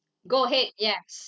go ahead yes